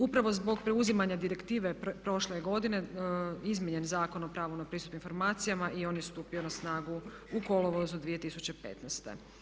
Upravo zbog preuzimanja Direktive prošle godine izmijenjen je Zakon o pravu na pristup informacijama i on je stupio na snagu u kolovozu 2015.